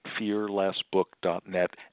fearlessbook.net